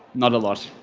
not a lot.